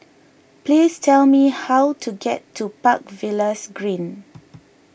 please tell me how to get to Park Villas Green